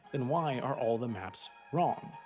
then why are all the maps wrong?